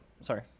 Sorry